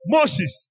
Moses